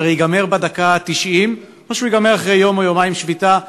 שייגמר בדקה התשעים או שייגמר אחרי יום או יומיים של שביתה,